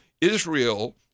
israel